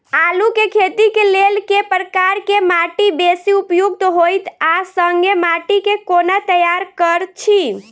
आलु केँ खेती केँ लेल केँ प्रकार केँ माटि बेसी उपयुक्त होइत आ संगे माटि केँ कोना तैयार करऽ छी?